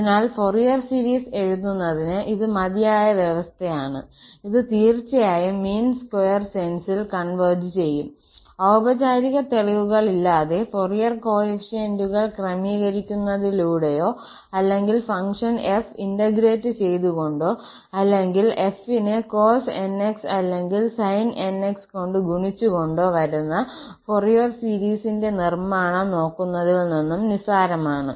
അതിനാൽ Fourier series എഴുതുന്നതിന് ഇത് മതിയായ വ്യവസ്ഥയാണ് ഇത് തീർച്ചയായും മീൻ സ്ക്വയർ സെൻസിൽ കോൺവെർജ് ചെയ്യും ഔപചാരിക തെളിവുകളില്ലാതെ ഫൊറിയർ കോഎഫിഷ്യന്റുകൾ ക്രമീകരിക്കുന്നതിലൂടെയോ അല്ലെങ്കിൽ ഫംഗ്ഷൻ 𝑓 ഇന്റഗ്രേറ്റ് ചെയ്തുകൊണ്ടോ അല്ലെങ്കിൽ 𝑓 നെ cos 𝑛𝑥 അല്ലെങ്കിൽ sin 𝑛𝑥 കൊണ്ട് ഗുണിച്ചുകൊണ്ടോ വരുന്ന ഫൊറിയർ സീരീസിന്റെ നിർമ്മാണം നോക്കുന്നതിൽ നിന്നും നിസ്സാരമാണ്